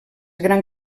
gran